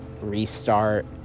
restart